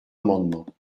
amendement